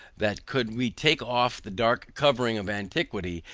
that could we take off the dark covering of antiquity,